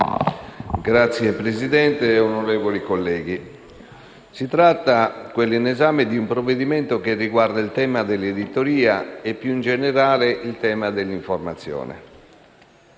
Signora Presidente, onorevoli colleghi, quello in esame è un provvedimento che riguarda il tema dell'editoria e, più in generale, dell'informazione.